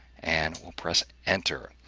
and we'll press enter.